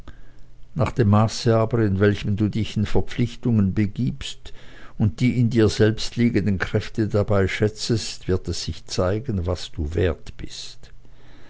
nach dem maße aber in welchem du dich in verpflichtungen begibst und die in dir selbst liegenden kräfte dabei schätzest wird es sich zeigen was du wert bist